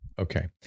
Okay